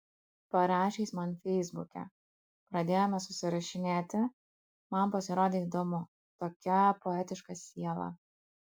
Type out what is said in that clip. parašė jis man feisbuke pradėjome susirašinėti man pasirodė įdomu tokia poetiška siela